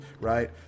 right